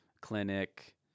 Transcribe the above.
clinic